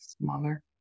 smaller